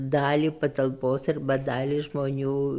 dalį patalpos arba dalį žmonių